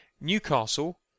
Newcastle